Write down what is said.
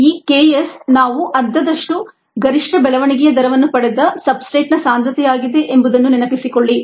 S≫KS ಈ K s ನಾವು ಅರ್ಧದಷ್ಟು ಗರಿಷ್ಠ ಬೆಳವಣಿಗೆಯ ದರವನ್ನು ಪಡೆದ ಸಬ್ಸ್ಟ್ರೇಟ್ನ ಸಾಂದ್ರತೆಯಾಗಿದೆ ಎಂಬುದನ್ನು ನೆನಪಿಸಿಕೊಳ್ಳಿ